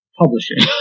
publishing